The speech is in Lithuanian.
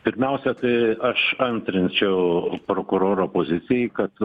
pirmiausia tai aš antrinčiau prokuroro pozicijai kad